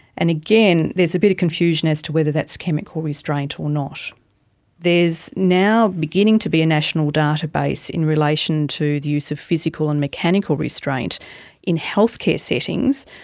and again, there's a bit of confusion as to whether that is chemical restraint or not. now beginning to be a national database in relation to the use of physical and mechanical restraint in healthcare settings,